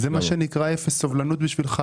זה מה שנקרא אפס סובלנות בשבילך?